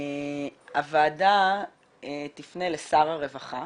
הוועדה תפנה לשר הרווחה